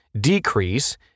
decrease